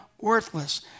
worthless